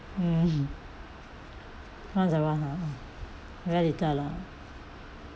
mm what's that one ah very little lah